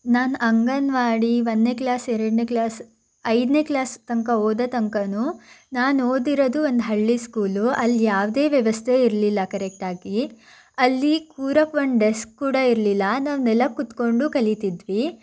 ನಾನು ಅಂಗನವಾಡಿ ಒಂದನೇ ಕ್ಲಾಸ್ ಎರಡನೇ ಕ್ಲಾಸ್ ಐದನೇ ಕ್ಲಾಸ್ ತನಕ ಓದೋ ತನಕಾನೂ ನಾನು ಓದಿರೋದು ಒಂದು ಹಳ್ಳಿ ಸ್ಕೂಲು ಅಲ್ಲಿ ಯಾವುದೇ ವ್ಯವಸ್ಥೆ ಇರಲಿಲ್ಲ ಕರೆಕ್ಟಾಗಿ ಅಲ್ಲಿ ಕೂರಕ್ಕೆ ಒಂದು ಡೆಸ್ಕ್ ಕೂಡ ಇರಲಿಲ್ಲ ನಾವು ನೆಲಕ್ಕೆ ಕುತ್ಕೊಂಡು ಕಲೀತಿದ್ವಿ